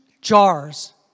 jars